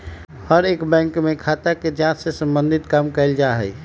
हर एक बैंक में खाता के जांच से सम्बन्धित काम कइल जा हई